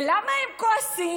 ולמה הם כועסים,